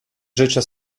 życia